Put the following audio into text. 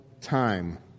time